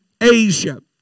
Asia